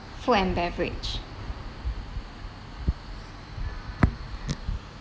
food and beverage